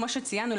כמו שציינו,